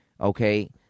Okay